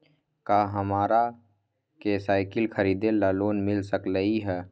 का हमरा के साईकिल खरीदे ला लोन मिल सकलई ह?